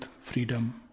Freedom